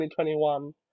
2021